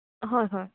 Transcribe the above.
হয় হয়